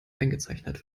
eingezeichnet